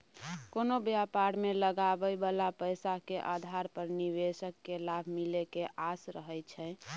कोनो व्यापार मे लगाबइ बला पैसा के आधार पर निवेशक केँ लाभ मिले के आस रहइ छै